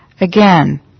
Again